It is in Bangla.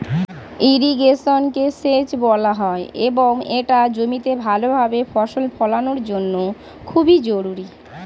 ইরিগেশনকে সেচ বলা হয় এবং এটা জমিতে ভালোভাবে ফসল ফলানোর জন্য খুবই জরুরি